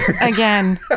Again